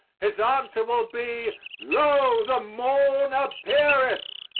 his answer will be lo, the morn appeareth.